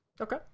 okay